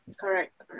Correct